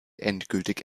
endgültig